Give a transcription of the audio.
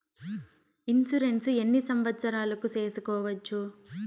Insurance ఎన్ని సంవత్సరాలకు సేసుకోవచ్చు?